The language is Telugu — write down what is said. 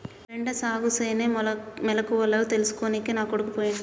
బెండ సాగుసేనే మెలకువల తెల్సుకోనికే నా కొడుకు పోయిండు